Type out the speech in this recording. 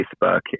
Facebook